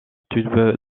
tube